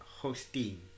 hosting